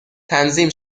تنظیم